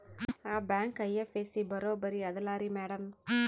ಆ ಬ್ಯಾಂಕ ಐ.ಎಫ್.ಎಸ್.ಸಿ ಬರೊಬರಿ ಅದಲಾರಿ ಮ್ಯಾಡಂ?